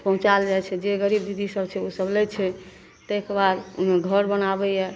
पहुँचाएल जाइ छै जे गरीब दीदीसभ छै ओसभ लै छै ताहिके बाद घर बनाबैए